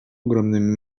ogromnym